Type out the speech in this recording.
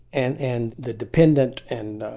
and and the dependent and